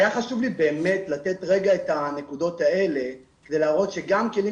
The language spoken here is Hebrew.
היה חשוב לי לתת את הנקודות האלה כדי להראות שגם כלים